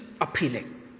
appealing